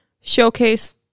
showcase